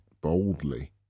boldly